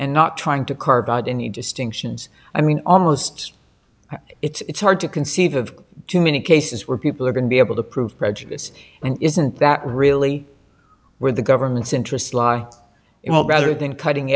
and not trying to carve out any distinctions i mean almost it's hard to conceive of too many cases where people are going to be able to prove prejudice and isn't that really where the government's interests lie it will rather than cutting